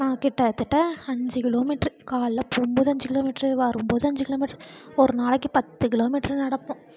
நாங்கள் கிட்டத்தட்ட அஞ்சு கிலோமீட்ரு காலைல போகும் போது அஞ்சு கிலோமீட்ரு வரும் போது அஞ்சு கிலோமீட்டரு ஒரு நாளைக்கு பத்து கிலோமீட்டரு நடப்போம்